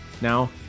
Now